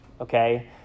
Okay